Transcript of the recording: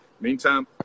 Meantime